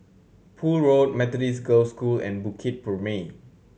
Poole Road Methodist Girls' School and Bukit Purmei